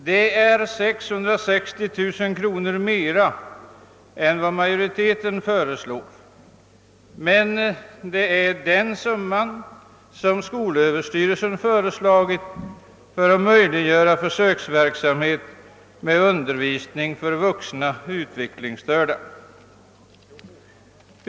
Detta är 660 000 kronor mer än vad majoriteten föreslår, men det är den summa som skolöverstyrelsen föreslagit för att möjliggöra försöksverksamhet med undervisning för vuxna utvecklingsstörda.